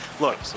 look